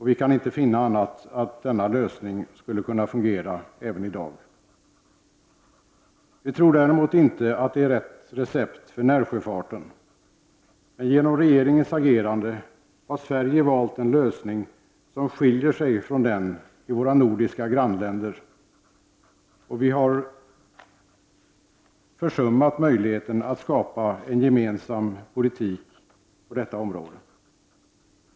Vi kan inte finna annat än att denna lösning skulle kunna fungera även i dag. Vi tror däremot inte att det är ett riktigt recept för närsjöfarten. Regeringens agerande innebär att Sverige har valt en lösning som skiljer sig från våra nordiska grannländers. Vi har försummat möjligheten att skapa en gemensam nordisk politik på detta område.